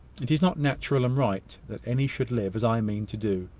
it is not natural and right that any should live as i mean to do.